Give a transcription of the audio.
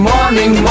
Morning